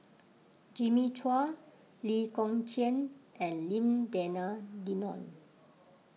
Jimmy Chua Lee Kong Chian and Lim Denan Denon